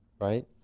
right